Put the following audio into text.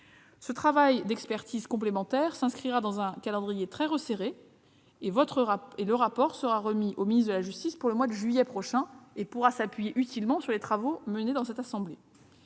Ce travail d'expertise complémentaire s'inscrira dans un calendrier très resserré, et le rapport de la mission sera remis au garde des sceaux au mois de juillet prochain. Il pourra s'appuyer utilement sur les travaux menés par la Haute Assemblée.